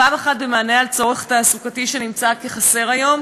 פעם אחת במענה לצורך תעסוקתי שנמצא חסר היום,